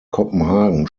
kopenhagen